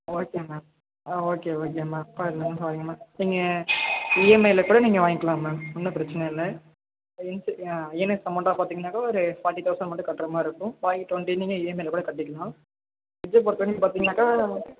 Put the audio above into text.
okay ma'am ஆ okay okay ma'am பாருங்கள் ma'am பாருங்கள் மேம் நீங்கள் இஎம்ஐயில் கூட நீங்கள் வாங்கிக்கலாம் மேம் ஒன்றும் பிரச்சனை இல்லை இன் அமௌண்டாக பார்த்தீங்கன்னாக்கா ஒரு ஃபாட்டி தௌசண்ட் மட்டும் கட்டுகிற மாதிரி இருக்கும் பாக்கி டுவெண்ட்டி நீங்கள் இஎம்ஐயில் கூட கட்டிக்கலாம் ஃபிரிட்ஜை பொறுத்த வரைக்கும் பார்த்திங்கன்னாக்கா